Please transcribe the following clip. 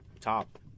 top